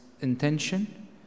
intention